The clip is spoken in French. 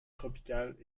tropicales